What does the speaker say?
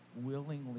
willingly